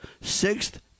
sixth